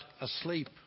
asleep